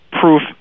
proof